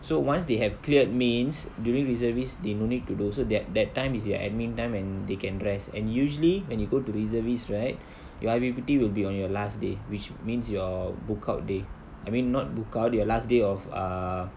so once they have cleared means during reservist they no need to do so that that time is their administration time and they can rest and usually when you go to reservist right your I_P_P_T will be on your last day which means your book out day I mean not book out your last day of uh